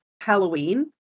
Halloween